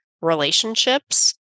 relationships